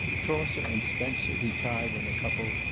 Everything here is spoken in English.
chaucer and spenser he tied in a couple,